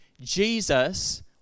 Jesus